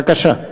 בבקשה.